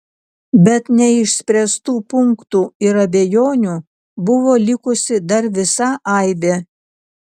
bet neišspręstų punktų ir abejonių buvo likusi dar visa aibė